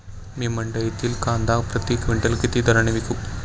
मी मंडईतील कांदा प्रति क्विंटल किती दराने विकू?